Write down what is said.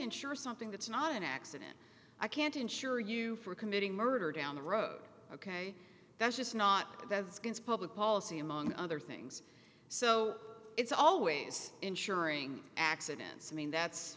insure something that's not an accident i can't insure you for committing murder down the road ok that's just not the skin's public policy among other things so it's always insuring accidents i mean that's